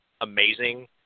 amazing